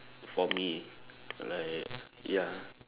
for me like ya